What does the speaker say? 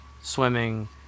swimming